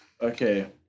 Okay